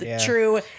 true